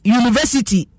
university